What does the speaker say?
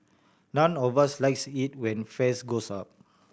none of us likes it when fares go up